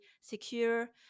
secure